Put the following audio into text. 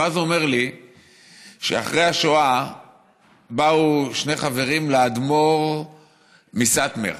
ואז הוא אומר לי שאחרי השואה באו שני חברים לאדמו"ר מסאטמר